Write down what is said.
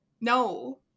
no